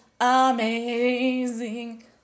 amazing